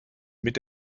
mit